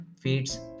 feeds